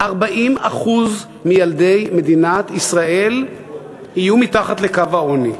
40% מילדי מדינת ישראל יהיו מתחת לקו העוני.